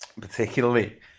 particularly